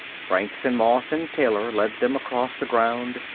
franks and moss and taylor led them across the ground,